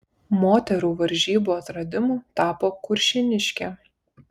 moterų varžybų atradimu tapo kuršėniškė